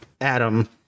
Adam